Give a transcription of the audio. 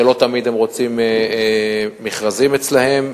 שלא תמיד הם רוצים מכרזים אצלם,